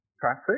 traffic